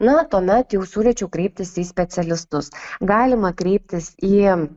na tuomet jau siūlyčiau kreiptis į specialistus galima kreiptis į